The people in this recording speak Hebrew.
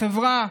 החברה,